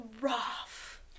Rough